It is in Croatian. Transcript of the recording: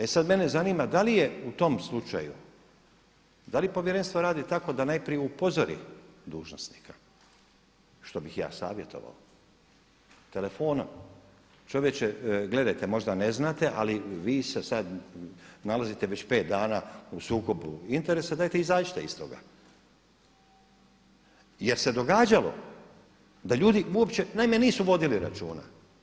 E sada mene zanima, da li je u tom slučaju, da li povjerenstvo radi tako da najprije upozori dužnosnika, što bih ja savjetovao telefonom, čovječe gledajte možda ne znate ali vi se sada nalazite već pet dana u sukobu interesa, dajte izađite iz toga jer se događalo da ljudi uopće naime nisu vodili računa.